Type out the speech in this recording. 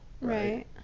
right